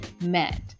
met